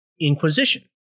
Inquisition